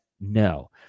No